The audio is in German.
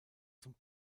zum